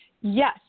Yes